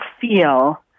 feel